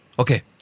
Okay